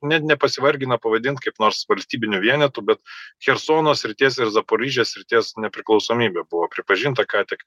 net nepasivargina pavadint kaip nors valstybiniu vienetu bet chersono srities ir zaporižės srities nepriklausomybė buvo pripažinta ką tik